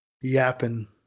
yapping